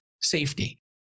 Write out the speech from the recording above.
safety